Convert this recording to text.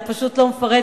אתה פשוט לא מפרט,